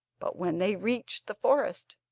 but when they reached the forest,